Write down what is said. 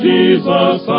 Jesus